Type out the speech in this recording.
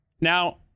Now